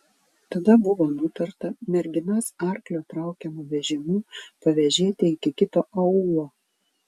tada buvo nutarta merginas arklio traukiamu vežimu pavėžėti iki kito aūlo